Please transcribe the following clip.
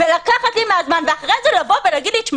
לקחת לי מהזמן, ואחרי זה לבוא ולהגיד: תשמעי,